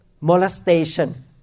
molestation